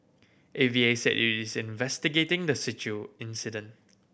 A V A said it is investigating the incident